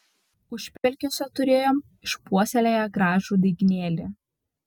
užpelkiuose turėjom išpuoselėję gražų daigynėlį